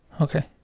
okay